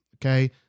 Okay